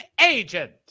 agent